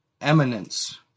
eminence